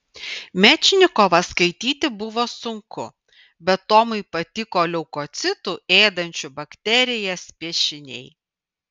mečnikovą skaityti buvo sunku bet tomui patiko leukocitų ėdančių bakterijas piešiniai